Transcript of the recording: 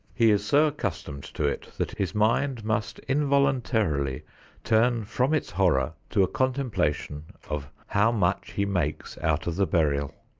he is so accustomed to it that his mind must involuntarily turn from its horror to a contemplation of how much he makes out of the burial.